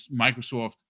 Microsoft